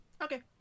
Okay